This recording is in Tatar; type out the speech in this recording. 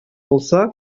булса